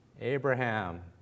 Abraham